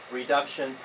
reduction